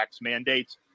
mandates